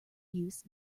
use